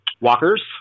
walkers